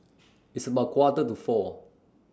its about Quarter to four